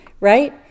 right